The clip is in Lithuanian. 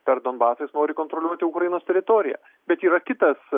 per donbasą jis nori kontroliuoti ukrainos teritoriją bet yra kitas